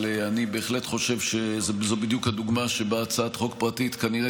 אבל אני בהחלט חושב שזו בדיוק הדוגמה שבה הצעת חוק פרטית כנראה